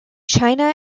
china